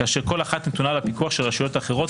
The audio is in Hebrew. כאשר כל אחת נתונה לפיקוח של הרשויות האחרות,